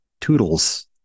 Toodles